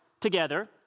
together